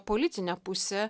policinę pusę